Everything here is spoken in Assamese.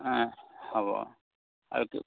অ' হ'ব আৰু কি